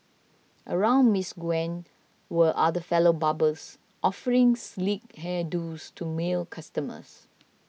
around Miss Gwen were other fellow barbers offering sleek hair do's to male customers